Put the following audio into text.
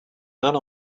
none